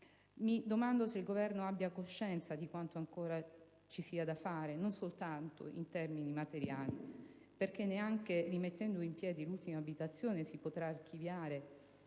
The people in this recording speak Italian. Mi domando se il Governo abbia coscienza di quanto ancora ci sia da fare, non soltanto in termini materiali, perché neanche rimettendo in piedi l'ultima abitazione si potrà archiviare